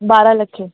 ॿारहं लखे